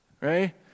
Right